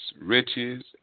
riches